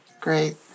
Great